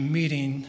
meeting